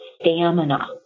stamina